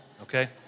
okay